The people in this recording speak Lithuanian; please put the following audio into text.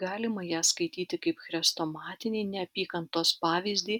galima ją skaityti kaip chrestomatinį neapykantos pavyzdį